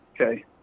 Okay